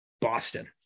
Boston